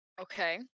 Okay